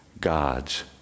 God's